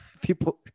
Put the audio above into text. People